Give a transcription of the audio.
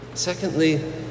Secondly